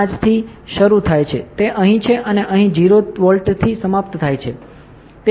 5 થી શરૂ થાય છે તે અહીં છે અને અહીં 0 વોલ્ટથી સમાપ્ત થાય છે બરાબર